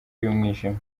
y’umwijima